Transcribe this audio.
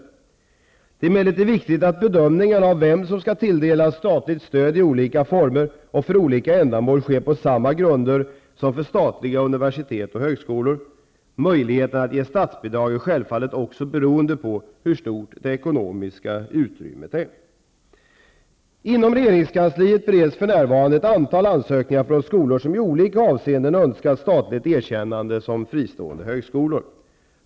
Det är emellertid viktigt att bedömningarna av vem som skall tilldelas statligt stöd i olika former och för olika ändamål sker på samma grunder som för statliga universitet och högskolor. Möjligheterna att ge statsbidrag är självfallet också beroende av hur stort det ekonomiska utrymmet är. Inom regeringskansliet bereds för närvarande ett antal ansökningar från skolor som i olika avseenden önskar statligt erkännande som fristående högskolor.